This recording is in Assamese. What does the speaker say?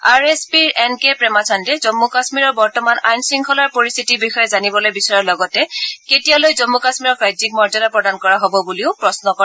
আৰ এছ পিৰ এন কে প্ৰেমচন্দে জম্মু কাশ্মীৰৰ বৰ্তমান আইন শৃংখলাৰ পৰিস্থিতিৰ বিষয়ে জানিবলৈ বিচৰাৰ লগতে কেতিয়ালৈ জম্মু কাশ্মীৰক ৰাজ্যিক মৰ্য্যাদা প্ৰদান কৰা হ'ব বুলিও প্ৰশ্ন কৰে